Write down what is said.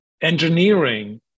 engineering